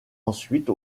ensuite